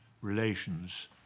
relations